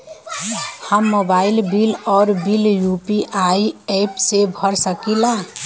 हम mobile bill और bill UPI app से भर सकिला